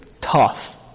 tough